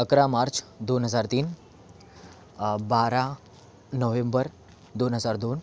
अकरा मार्च दोन हजार तीन बारा नोव्हेंबर दोन हजार दोन